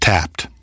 Tapped